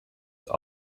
very